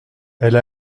elle